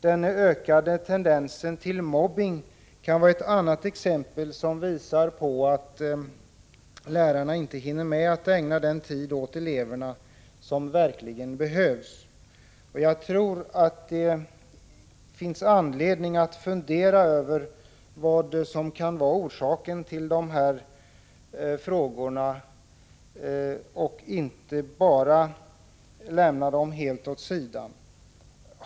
Den ökade tendensen till mobbning kan vara ett annat exempel som visar att lärarna inte hinner med att ägna eleverna den tid som behövs. Jag tror det finns anledning att fundera över vad som kan vara orsaken till dessa företeelser och inte bara lämna dem helt åt sidan.